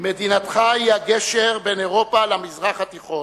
מדינתך היא הגשר בין אירופה למזרח התיכון.